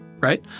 right